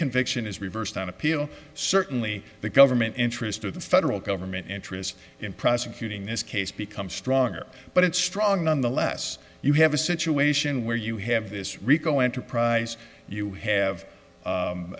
conviction is reversed on appeal certainly the government interest of the federal government interest in prosecuting this case becomes stronger but it's strong nonetheless you have a situation where you have this rico enterprise you have